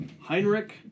Heinrich